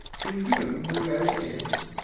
do you know where it is?